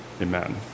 Amen